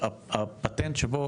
הפטנט שבו